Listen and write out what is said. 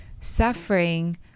suffering